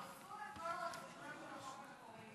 הרסו את כל הרציונל של החוק המקורי.